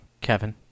Kevin